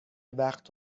وقت